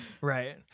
Right